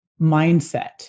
mindset